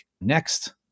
next